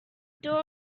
door